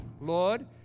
Lord